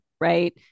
right